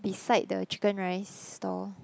beside the chicken rice stall